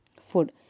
food